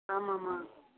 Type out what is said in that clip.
ஆமாம்மா